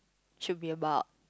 should be about